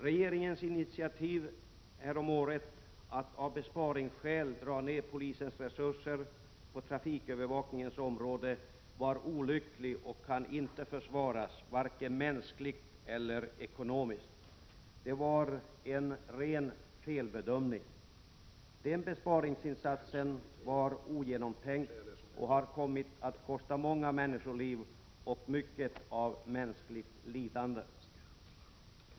Regeringens initiativ häromåret att av besparingsskäl dra ned polisens resurser på trafikövervakningens område var olyckligt och kan inte försvaras, varken mänskligt eller ekonomiskt. Det var en ren felbedömning. Den besparingsinsatsen var ogenomtänkt och har kommit att kosta många människoliv och mycket av mänskligt lidande.